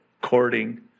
courting